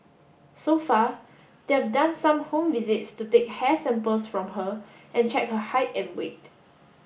so far they've done some home visits to take hair samples from her and check her height and weight